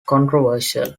controversial